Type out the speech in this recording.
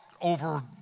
over